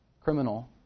criminal